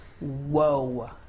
whoa